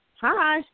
Hi